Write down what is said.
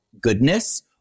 goodness